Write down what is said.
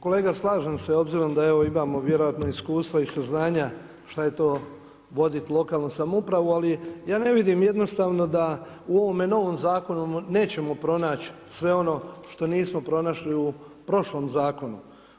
Kolega, slažem se obzirom da evo imamo vjerojatno iskustva i saznanja šta je to voditi lokalnu samoupravu, ali ja ne vidim jednostavno da u ovome novome zakonu nećemo pronaći sve ono što nismo pronašli u prošlom zakonu.